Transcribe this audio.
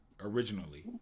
originally